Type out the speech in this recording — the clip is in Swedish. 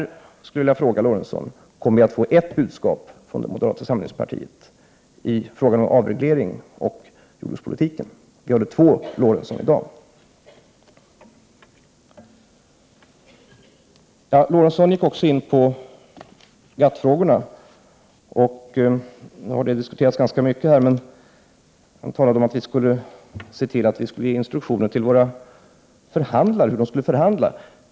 Jag vill fråga Sven Eric Lorentzon: När får vi ett samlat budskap från moderata samlingspartiet när det gäller frågan om avregleringen och jordbrukspolitiken? Vi hörde i dag två olika Sven Eric Lorentzon. Sven Eric Lorentzon gick också in på GATT-frågorna, som här har diskuterats ganska mycket. Han talade om att våra förhandlare borde få instruktioner om hur de skall förhandla.